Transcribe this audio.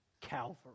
Calvary